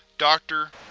dr.